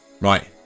Right